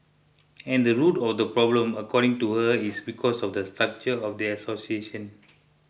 and the root of the problem according to her is because of the structure of the association